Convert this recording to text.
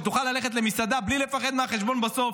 שתוכל ללכת למסעדה בלי לפחד מהחשבון בסוף,